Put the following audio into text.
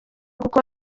kuko